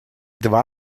два